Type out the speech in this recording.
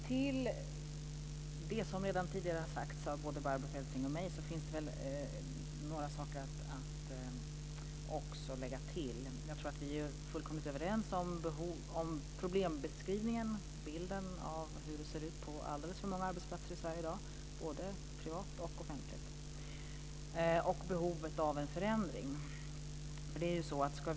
Fru talman! Det finns några saker att lägga till det som tidigare har sagts av både Barbro Feltzing och mig. Jag tror att vi är fullkomligt överens om problembeskrivningen, hur det ser ut på alldeles för många arbetsplatser i Sverige i dag. Det gäller både privata och offentliga arbetsplatser. Vi är också överens om behovet av en förändring.